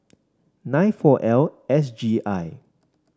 nine four L S G I